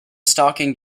stocking